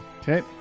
Okay